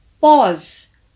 pause